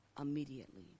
immediately